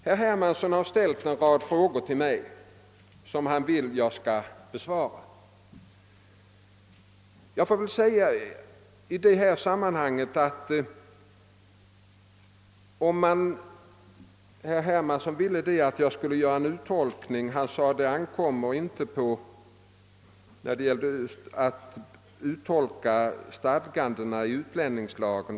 Herr Hermansson har ställt en rad frågor, som han vill att jag skall besvara. Han sade också något om att det ankommer på riksdagen att uttolka stadgandena i utlänningslagen.